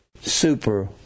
super